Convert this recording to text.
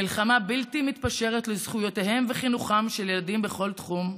מלחמה בלתי מתפשרת על זכויותיהם וחינוכם של ילדים בכל תחום,